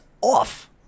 off